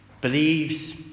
believes